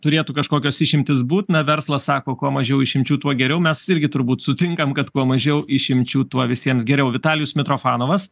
turėtų kažkokios išimtys būt na verslas sako kuo mažiau išimčių tuo geriau mes irgi turbūt sutinkam kad kuo mažiau išimčių tuo visiems geriau vitalijus mitrofanovas